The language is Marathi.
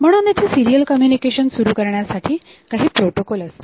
म्हणून इथे सिरीयल कम्युनिकेशन सुरू करण्यासाठी काही प्रोटोकॉल असतात